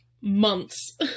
months